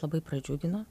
labai pradžiugino